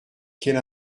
quelle